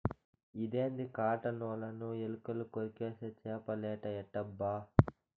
ఇదేంది కాటన్ ఒలను ఎలుకలు కొరికేస్తే చేపలేట ఎట్టబ్బా